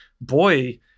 boy